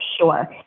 Sure